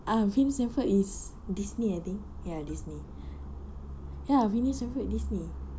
ah phineas and ferb is disney I think ya disney ya phineas and ferb disney